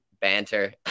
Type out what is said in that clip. Banter